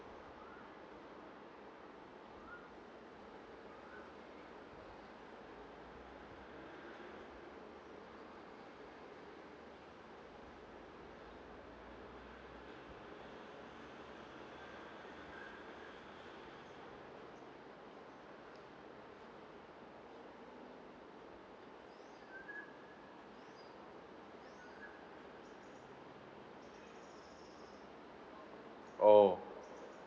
oh